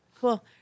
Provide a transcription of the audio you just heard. cool